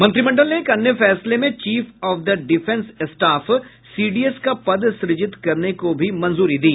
मंत्रिमंडल ने एक अन्य फैसले में chief of the defence staff CDS का पद सृजित करने को भी मंजूरी दी